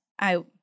I-